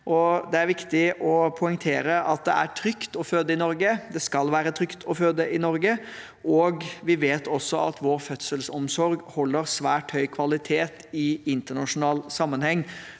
Det er viktig å poengtere at det er trygt å føde i Norge, og det skal være trygt å føde i Norge. Vi vet også at vår fødselsomsorg holder svært høy kvalitet i internasjonal sammenheng.